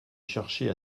chercher